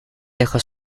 dejo